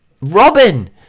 Robin